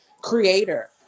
creator